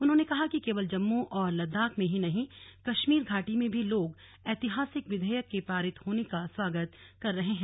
उन्होंने कहा कि केवल जम्मू और लद्दाख में ही नहीं कश्मीर घाटी में भी लोग इस ऐतिहासिक विधेयक के पारित होने का स्वागत कर रहे हैं